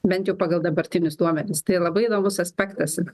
bent jau pagal dabartinius duomenis tai labai įdomus aspektas